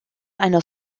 einer